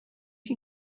you